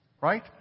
Right